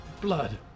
Blood